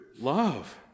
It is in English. Love